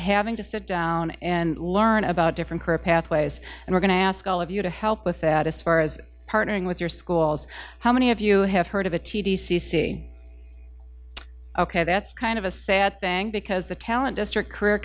having to sit down and learn about different career pathways and we're going to ask all of you to help with that as far as partnering with your schools how many of you have heard of a t d c c ok that's kind of a sad thing because the talent district career